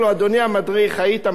היית מדריך מצוין,